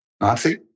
Nazi